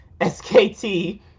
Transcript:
SKT